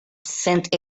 sent